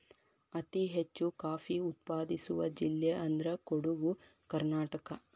ಅತಿ ಹೆಚ್ಚು ಕಾಫಿ ಉತ್ಪಾದಿಸುವ ಜಿಲ್ಲೆ ಅಂದ್ರ ಕೊಡುಗು ಕರ್ನಾಟಕ